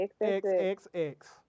XXX